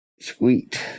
Sweet